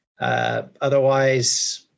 Otherwise